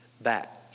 back